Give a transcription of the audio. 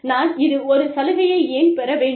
நான் இது ஒரு சலுகையை ஏன் பெற வேண்டும்